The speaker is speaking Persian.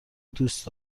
دوست